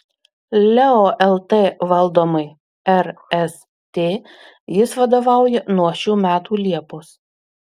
leo lt valdomai rst jis vadovauja nuo šių metų liepos